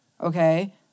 Okay